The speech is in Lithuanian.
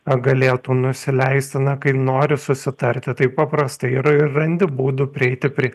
a galėtų nusileisti na kai nori susitarti tai paprastai ir ir randi būdų prieiti prie